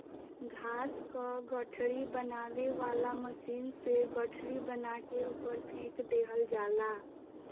घास क गठरी बनावे वाला मशीन से गठरी बना के ऊपर फेंक देहल जाला